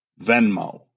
Venmo